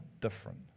different